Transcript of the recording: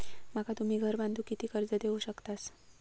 माका तुम्ही घर बांधूक किती कर्ज देवू शकतास?